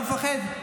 ממי אתה מפחד?